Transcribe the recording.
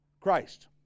Christ